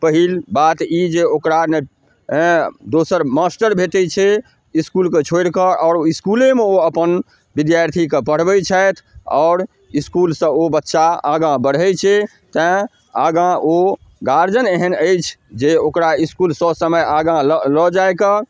पहिल बात ई जे ओकरा ने अँ दोसर मास्टर भेटै छै इसकुलके छोड़िकऽ आओर इसकुलेमे ओ अपन विद्यार्थीके पढ़बै छथि आओर इसकुलसँ ओ बच्चा आगाँ बढ़ै छै तेँ आगाँ ओ गार्जिअन एहन अछि जे ओकरा इसकुलसँ समय आगाँ लऽ लऽ जाइके